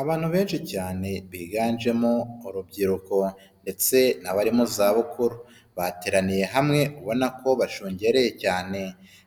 Abantu benshi cyane biganjemo urubyiruko ndetse n'abari mu za bukuru bateraniye hamwe ubona ko bashungereye cyane,